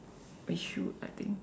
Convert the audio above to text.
we should I think